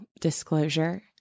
disclosure